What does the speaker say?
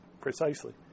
precisely